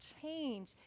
change